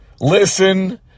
listen